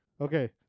Okay